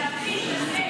כדי להמחיש את,